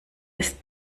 ist